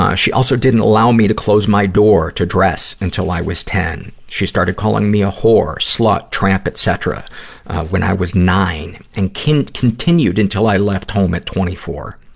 ah she also didn't allow me to close my door to dress until i was ten. she started calling me a whore, slut, tramp, etcetera when i was nine, and continued until i left home at twenty four.